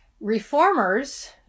reformers